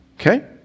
Okay